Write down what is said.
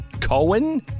Cohen